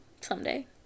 someday